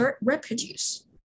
reproduce